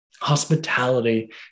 Hospitality